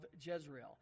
Jezreel